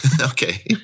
Okay